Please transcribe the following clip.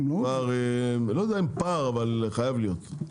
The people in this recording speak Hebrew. אני לא יודע אם פער, אבל חייב להיות.